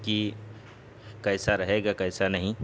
کہ کیسا رہے گا کیسا نہیں